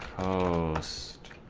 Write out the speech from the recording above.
post